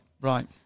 Right